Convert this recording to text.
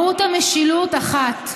מהות המשילות אחת: